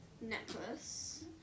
necklace